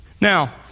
Now